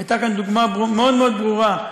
הייתה כאן דוגמה מאוד מאוד ברורה,